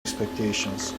expectations